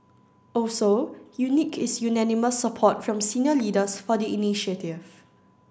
also unique is unanimous support from senior leaders for the initiative